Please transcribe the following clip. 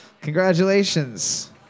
Congratulations